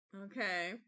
Okay